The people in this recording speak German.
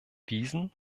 wiesen